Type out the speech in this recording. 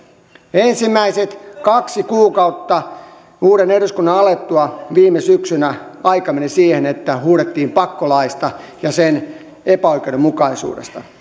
ensimmäiset kaksi kuukautta uuden eduskunnan alettua viime syksynä aika meni siihen että huudettiin pakkolaista ja sen epäoikeudenmukaisuudesta